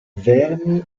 vermi